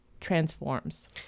transforms